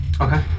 Okay